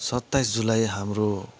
सत्ताइस जुलाई हाम्रो